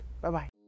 Bye-bye